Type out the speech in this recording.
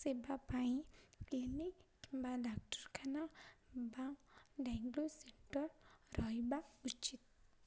ସେବା ପାଇଁ କ୍ଲିନିକ୍ କିମ୍ବା ଡ଼ାକ୍ତରଖାନା ବା ଡ଼ାଇଗ୍ନୋ ସେଣ୍ଟର୍ ରହିବା ଉଚିତ୍